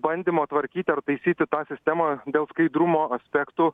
bandymo tvarkyti ar taisyti tą sistemą dėl skaidrumo aspektų